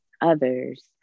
others